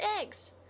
eggs